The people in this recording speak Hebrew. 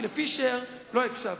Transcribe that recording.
כי לפישר לא הקשבת.